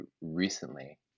recently